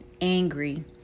angry